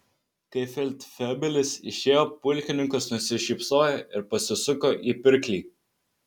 kai feldfebelis išėjo pulkininkas nusišypsojo ir pasisuko į pirklį